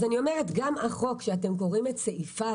גם כשאתם קוראים את סעיפי